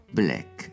black